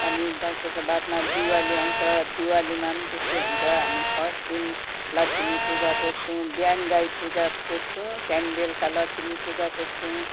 अनि दसैको बादमा दिवाली आउँछ दिवालीमा पनि त्यस्तै हामी फर्स्ट दिन लक्ष्मी पूजा पुज्छौँ बिहान गाई पूजा पुज्छौँ त्यहाँदेखि बलुका लक्ष्मी पूजा पुज्छौँ